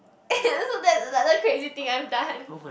so that's another crazy thing I've done